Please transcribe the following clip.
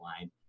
line